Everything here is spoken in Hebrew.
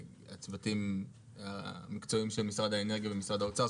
הצוותים המקצועיים של משרד האנרגיה ומשרד האוצר,